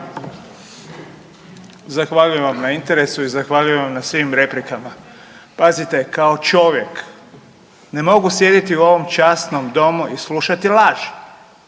Zahvaljujem vam na interesu i zahvaljujem vam na svim replikama. Pazite, kao čovjek ne mogu sjediti u ovom časnom Domu i slušati laži.